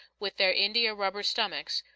with their india-rubber stomachs,